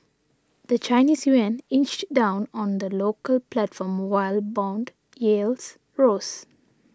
the Chinese yuan inched down on the local platform while bond yields rose